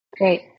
Great